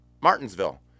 Martinsville